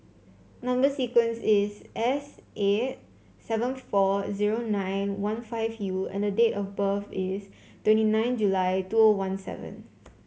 number sequence is S eight seven four zero nine one five U and the date of birth is twenty nine July two O one seven